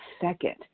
second